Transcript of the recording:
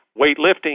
weightlifting